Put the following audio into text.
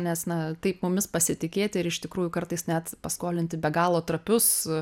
nes na taip mumis pasitikėti ir iš tikrųjų kartais net paskolinti be galo trapius